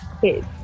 kids